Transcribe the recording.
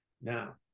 Now